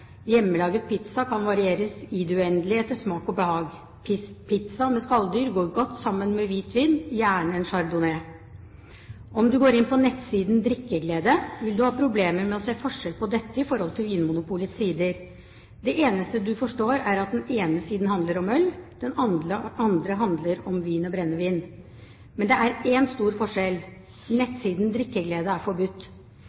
kan varieres i det uendelige etter smak og behag. Pizza med skalldyr går godt sammen med hvitvin, gjerne av Chardonnay.» Om du går inn på nettsiden Drikkeglede, vil du ha problemer med å se forskjell på dette og Vinmonopolets sider. Det eneste du forstår, er at den ene siden handler om øl, den andre handler om vin og brennevin. Men det er én stor forskjell: